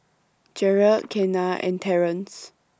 Jerald Kenna and Terrance